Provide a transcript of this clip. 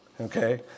Okay